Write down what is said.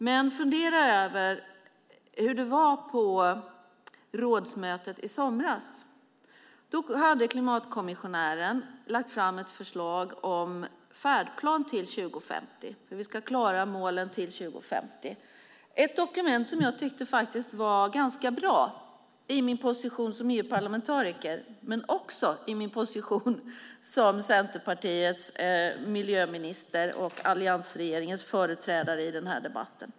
Men fundera över hur det var på rådsmötet i somras! Då hade klimatkommissionären lagt fram ett förslag om en färdplan till 2050, hur vi ska klara målen till 2050, ett dokument som jag faktiskt tyckte var ganska bra i min position som EU-parlamentariker men också i min position som Centerpartiets miljöminister och alliansregeringens företrädare i den här debatten.